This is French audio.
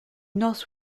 north